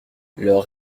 leurs